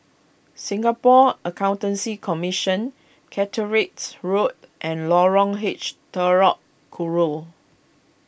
Singapore Accountancy Commission Catericks Road and Lorong H Telok Kurau